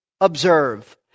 observe